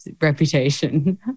reputation